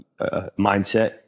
mindset